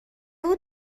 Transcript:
بود